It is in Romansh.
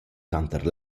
tanter